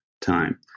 time